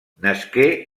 nasqué